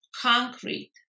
concrete